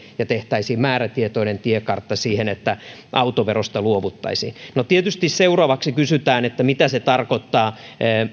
ja tehtäisiin määrätietoinen tiekartta siihen että autoverosta luovuttaisiin no tietysti seuraavaksi kysytään mitä se tarkoittaa